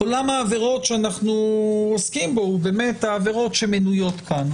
עולם העבירות שאנחנו עוסקים בו הוא באמת העבירות שמנויות כאן.